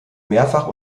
mehrfach